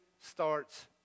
starts